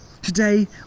Today